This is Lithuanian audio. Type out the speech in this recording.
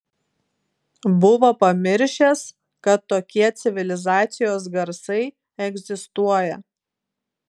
buvo pamiršęs kad tokie civilizacijos garsai egzistuoja